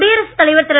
குடியரசுத் தலைவர் திரு